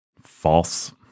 false